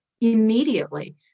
immediately